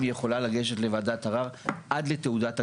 היא יכולה לגשת לוועדת ערער עד לתעודת הגמר.